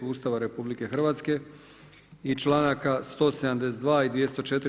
Ustava RH i članaka 172. i 204.